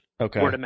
Okay